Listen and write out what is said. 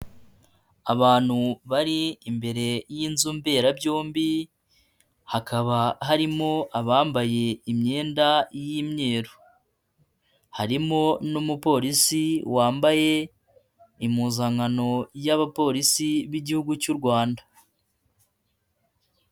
Abantu bari imbere y'inzu mberabyombi hakaba harimo abambaye imyenda y'imyeru, harimo n'umupolisi wambaye impuzankano y'abapolisi b'igihugu cy'u Rwanda.